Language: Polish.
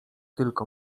tylko